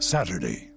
Saturday